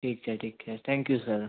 ઠીક છે ઠીક છે થેન્ક યુ સર